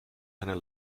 einer